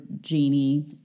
genie